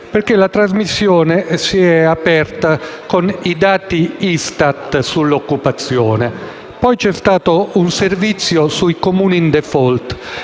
La trasmissione si è aperta infatti con i dati ISTAT sull'occupazione. Poi c'è stato un servizio sui Comuni in *default*